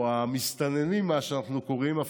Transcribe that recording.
או מה שאנחנו קוראים לו "המסתננים",